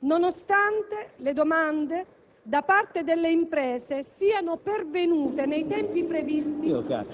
nonostante le domande da parte delle imprese siano pervenute nei tempi previsti